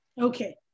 Okay